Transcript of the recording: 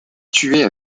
tuer